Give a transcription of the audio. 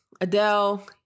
Adele